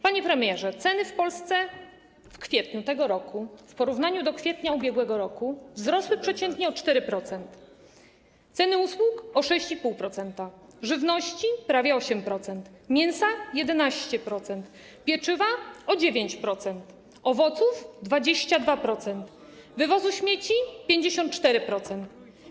Panie premierze, ceny w Polsce w kwietniu tego roku w porównaniu do kwietnia ub.r. wzrosły przeciętnie o 4%, ceny usług - o 6,5%, żywności - prawie o 8%, mięsa - o 11%, pieczywa - o 9%, owoców - o 22%, wywozu śmieci - o 54%.